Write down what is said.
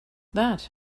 that